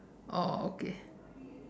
oh okay